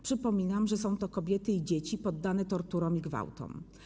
Przypominam, że są to kobiety i dzieci poddane torturom i gwałtom.